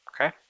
Okay